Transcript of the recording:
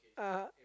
(uh huh)